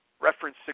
Reference